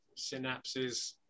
synapses